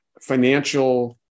financial